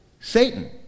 Satan